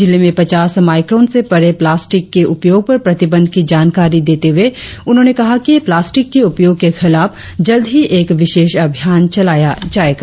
जिले में पचास माइक्रोन से परे प्लास्टिक के उपयोग पर प्रतिबंध की जानकारी देते हुए उन्होंने कहा कि प्लास्टिक के उपयोग के खिलाफ जल्द ही एक विशेष अभियान चलाया जाएगा